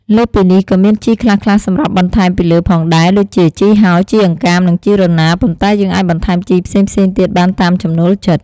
លើសពីនេះក៏មានជីខ្លះៗសម្រាប់បន្ថែមពីលើផងដែរ ដូចជា ជីហោ ជីអង្កាម និងជីរណា ប៉ុន្តែយើងអាចបន្ថែមជីផ្សេងៗទៀតបានតាមចំណូលចិត្ត។